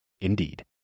indeed